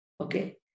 Okay